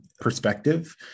perspective